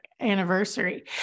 anniversary